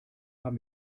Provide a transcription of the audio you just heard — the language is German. haben